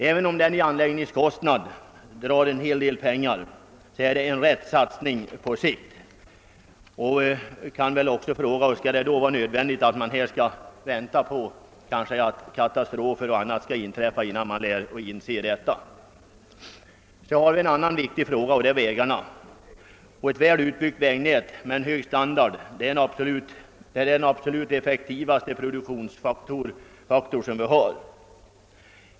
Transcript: även om en sådan förbindelse kostar en hel del pengar i anläggning, är det på sikt en riktig satsning. Skall vi behöva vänta på att en katastrof eller någonting annat inträffar, innan man inser detta? Jag skall även ta upp den viktiga frågan om vägarna. Ett väl utbyggt vägnät med hög standard är den absolut effektivaste produktionsfaktorn.